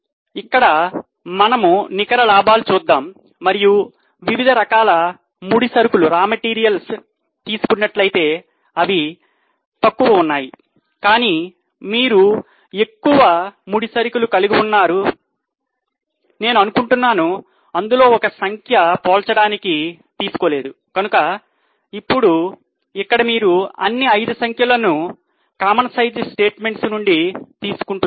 ఇక్కడ మనము నికర లాభాలు చూద్దాం మరియు వివిధ రకాల ముడి సరుకులు నుండి తీసుకుంటున్నారు